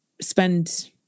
spend